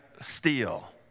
steal